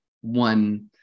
One